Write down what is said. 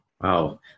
Wow